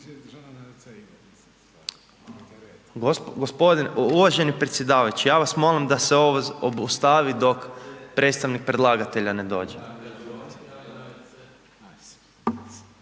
uvaženi predsjedavajući ja vas molim da se ovo obustavi dok predstavnik predlagatelja ne dođe.